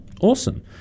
Awesome